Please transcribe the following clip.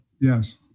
yes